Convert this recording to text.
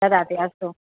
ददाति अस्तु